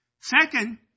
Second